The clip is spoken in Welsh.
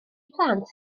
plant